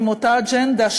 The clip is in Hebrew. עם אותה אג'נדה,